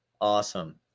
awesome